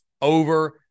over